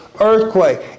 earthquake